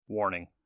Warning